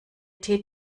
tee